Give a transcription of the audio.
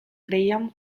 graham